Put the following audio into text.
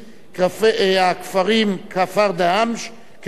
הכפר דהמש כדוגמה,